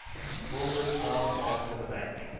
and pulled it up on to the bank.